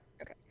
Okay